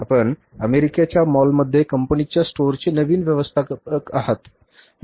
आपण अमेरिकेच्या मॉलमध्ये कंपनीच्या स्टोअरचे नवीन व्यवस्थापक आहात